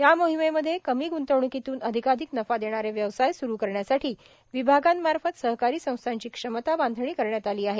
या मोहिमेमध्ये कमी ग्रंतवणूकीतून अधिकाधिक नफा देणारे व्यवसाय सुरू करण्यासाठी विभागांमार्फत सहकारी संस्थांची क्षमता बांधणी करण्यात आली आहे